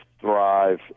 thrive